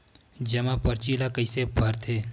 जमा परची ल कइसे भरथे?